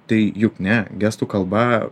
tai juk ne gestų kalba